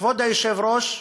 כבוד היושב-ראש,